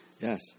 Yes